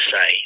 say